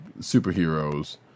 superheroes